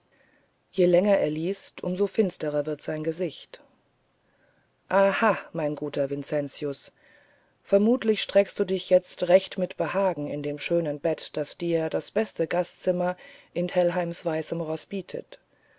je länger er liest um so finsterer wird sein gesicht aha mein guter vincentius vermutlich streckst du dich jetzt recht mit behagen in dem schönen bette das dir das beste gastzimmer in telheims weißem roß bietet